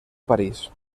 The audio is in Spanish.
parís